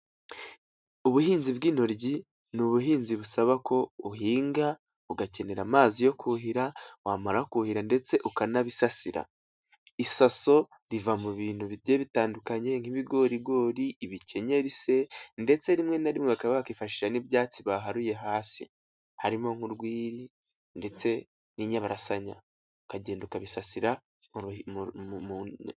Ubuhinzi bw'intoryi, ni ubuhinzi busaba ko uhinga, ugakenera amazi yo kuhira, wamara kuhira ndetse ukanabisasira. Isaso riva mu bintu bitandukanye nk'ibigorigori ibikenyeri se ndetse rimwe na rimwe bakaba bakifashisha n'ibyatsi baharuye hasi, harimo nk'urwiri ndetse n'inyabarasanya, ukagenda ukabisasira mu ntoryi.